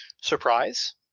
Surprise